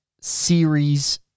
series